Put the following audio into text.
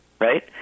right